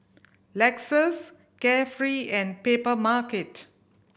Lexus Carefree and Papermarket